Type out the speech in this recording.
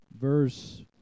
verse